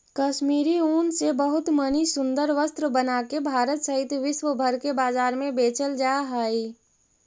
कश्मीरी ऊन से बहुत मणि सुन्दर वस्त्र बनाके भारत सहित विश्व भर के बाजार में बेचल जा हई